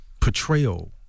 Portrayal